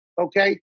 okay